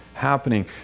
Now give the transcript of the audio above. Happening